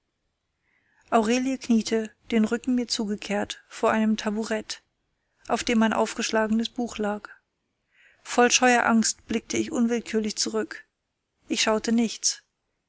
aurelie kniete den rücken mir zugekehrt vor einem taburett auf dem ein aufgeschlagenes buch lag voll scheuer angst blickte ich unwillkürlich zurück ich schaute nichts